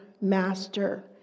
Master